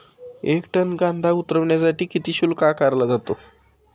एक टन कांदा उतरवण्यासाठी किती शुल्क आकारला जातो?